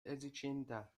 edziĝinta